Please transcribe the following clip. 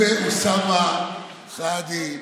ואוסאמה סעדי.